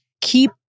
keep